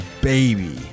baby